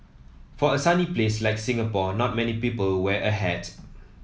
for a sunny place like Singapore not many people wear a hat